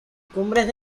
cumbres